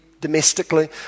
domestically